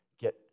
get